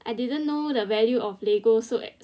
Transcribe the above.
I didn't know the value of Lego so ex